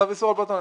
בבקשה.